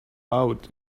out